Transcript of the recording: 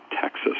Texas